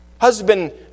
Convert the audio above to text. Husband